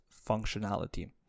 functionality